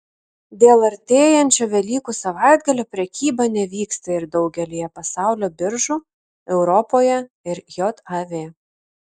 dėl artėjančio velykų savaitgalio prekyba nevyksta ir daugelyje pasaulio biržų europoje ir jav